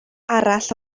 arall